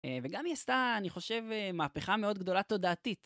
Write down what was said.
וגם היא עשתה, אני חושב, מהפכה מאוד גדולה תודעתית.